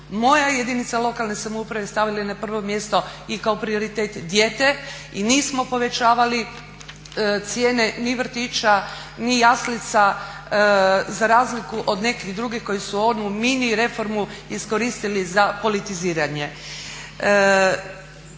Moja jedinica lokalne samouprave stavila je na prvo mjesto i kao prioritet dijete i nismo povećavali cijene ni vrtića, ni jaslica za razliku od nekih drugih koji su onu mini reformu iskoristili za politiziranje.